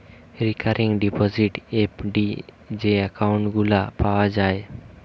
recurring deposit, FD যে account গুলা পাওয়া যায়